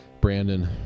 Brandon